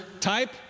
type